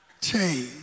change